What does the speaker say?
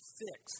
fix